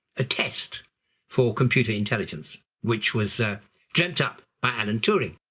a test for computer intelligence, which was jumped up by alan turing,